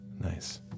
nice